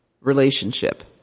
relationship